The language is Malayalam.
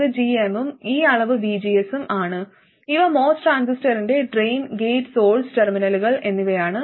ഇത് gm ഉം ഈ അളവ് vgs ഉം ആണ് ഇവ MOS ട്രാൻസിസ്റ്ററിന്റെ ഡ്രെയിൻ ഗേറ്റ് സോഴ്സ് ടെർമിനലുകൾ എന്നിവയാണ്